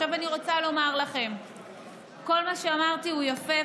עכשיו אני רוצה לומר לכם שכל מה שאמרתי הוא יפה,